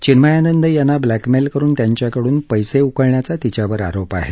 चिन्मयानंद यांना ब्लॅकमेल करून त्यांच्याकडून पैसे उकळण्याचा तिच्यावर आरोप आहे